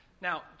Now